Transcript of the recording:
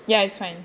ya it's fine